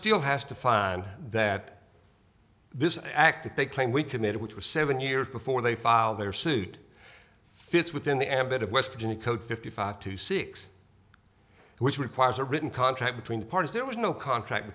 still has to find that this is an act that they claim we committed which was seven years before they filed their sued fits within the ambit of west virginia code fifty five to six which requires a written contract between the parties there was no contract